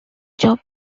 job